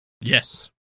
Yes